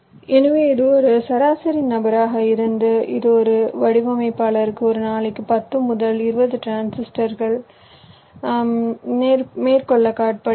எனவே இது ஒரு சராசரி நபராக இருந்தது இது ஒரு வடிவமைப்பாளருக்கு ஒரு நாளைக்கு 10 முதல் 20 டிரான்சிஸ்டர்கள் மேற்கோள் காட்டப்படுகிறது